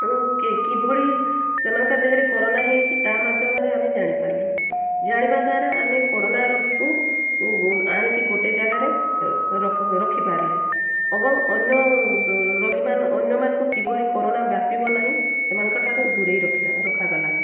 କିଭଳି ସେମାନଙ୍କ ଦେହରେ କରୋନା ହେଇଛି ତା ମାଧ୍ୟମରେ ଆମେ ଜାଣିପାରିଲୁ ଜାଣିବା ଦ୍ୱାରା ଆମେ କରୋନା ରୋଗୀକୁ ଆଣିକି ଗୋଟେ ଜାଗାରେ ରଖିପାରିଲେ ଏବଂ ଅନ୍ୟ ରୋଗୀମାନେ ଅନ୍ୟମାନଙ୍କୁ କିଭଳି କୋରୋନା ବ୍ୟାପିବ ନାହିଁ ସେମାନଙ୍କଠାରୁ ଦୂରେଇ ରଖିଲା ରଖାଗଲା